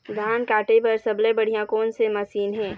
धान काटे बर सबले बढ़िया कोन से मशीन हे?